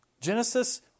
Genesis